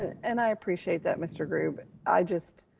and i appreciate that mr. grube, and i just,